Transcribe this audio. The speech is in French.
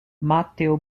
matteo